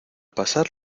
pasar